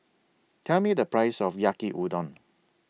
Tell Me The Price of Yaki Udon